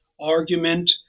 argument